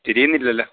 തിരിയുന്നില്ലല്ലോ